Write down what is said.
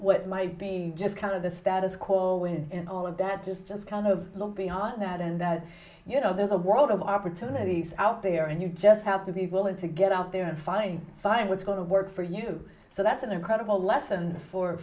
what might be just kind of the status quo in all of that just as kind of look beyond that and you know there's a world of opportunities out there and you just have to be willing to get out there and find find what's going to work for you so that's an incredible lesson for